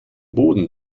boden